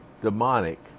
demonic